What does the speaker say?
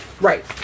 Right